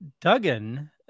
Duggan